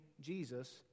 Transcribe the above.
Jesus